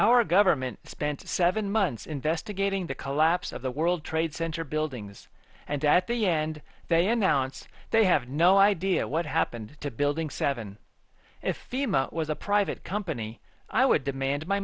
our government spent seven months investigating the collapse of the world trade center buildings and at the end they announce they have no idea what happened to building seven if ema was a private company i would demand my